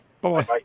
Bye